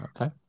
Okay